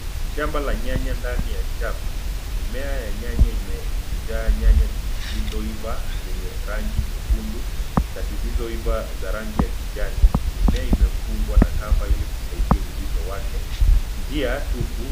Shamba la nyanya ndani ya chafu, mimea ya nyanya imejaa nyanya zilzo ivaa zenye rangi nyekundu na zisizoivaa za rangi ya kijani, mimea imefungwa na kamba ili kusaidia uzito wake. Njia tupu.